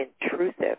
intrusive